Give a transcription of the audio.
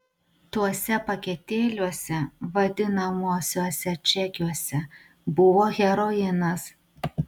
tuose paketėliuose vadinamuosiuose čekiuose buvo heroinas